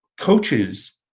Coaches